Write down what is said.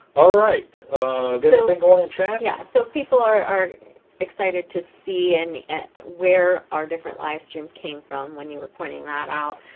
all right so and yeah yeah so people are excited to see and wear our different livestreams came from when you were pointing that out